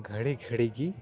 ᱜᱷᱟᱹᱲᱤ ᱜᱷᱟᱹᱲᱤ ᱜᱮ